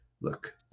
look